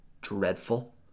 dreadful